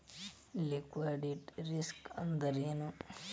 Liquidity risk ಅಂದ್ರೇನು?